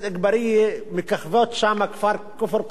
מככבים שם כפר-קרע ואום-אל-פחם.